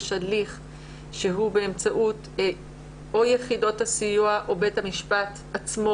יש הליך או באמצעות יחידות הסיוע או בית המשפט עצמו,